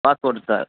passport sir